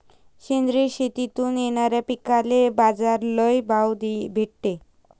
सेंद्रिय शेतीतून येनाऱ्या पिकांले बाजार लई भाव भेटते